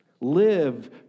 Live